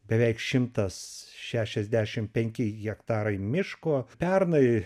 beveik šimtas šešiasdešim penki hektarai miško pernai